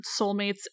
soulmates